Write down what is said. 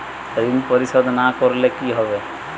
ঋণ পরিশোধ না করলে কি হবে?